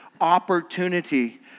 opportunity